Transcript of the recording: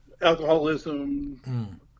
alcoholism